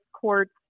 courts